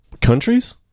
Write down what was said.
countries